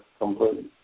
completely